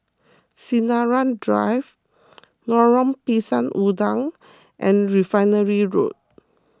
Sinaran Drive Lorong Pisang Udang and Refinery Road